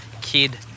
kid